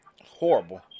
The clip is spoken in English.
Horrible